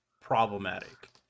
problematic